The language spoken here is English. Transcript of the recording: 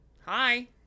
Hi